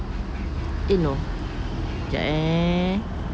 eh no jap eh